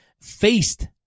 faced